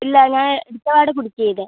ഇല്ല ഞാൻ എടുത്തപാടെ കുടിക്കുകയാ ചെയ്തത്